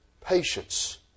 patience